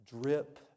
drip